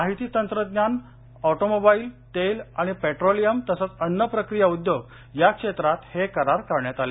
माहिती तंत्रज्ञान ऑटोमोबाईल तेल आणि पेट्रोलियम तसंच अन्न प्रक्रिया उद्योग या क्षेत्रात हे करार करण्यात आले